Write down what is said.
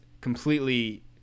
completely